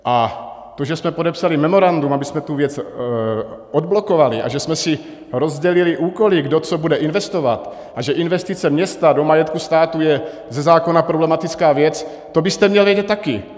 A to, že jsme podepsali memorandum, abychom tu věc odblokovali, a že jsme si rozdělili úkoly, kdo co bude investovat, a že investice města do majetku státu je ze zákona problematická věc, to byste měl vědět taky.